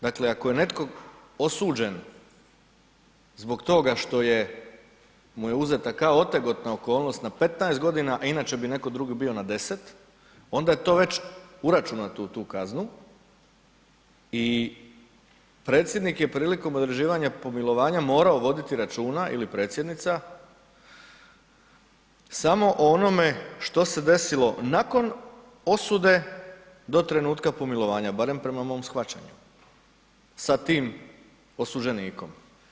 Dakle, ako je netko osuđen zbog toga što mu uzeta kao otegotna okolnost na 15 godina, a inače bi netko drugi bio na 10 onda je to već uračunato u tu kaznu i predsjednik je prilikom određivanja pomilovanja morao voditi računa ili predsjednica samo o onome što se desilo nakon osude do trenutka pomilovanja, barem prema mom shvaćanju, sa tim osuđenikom.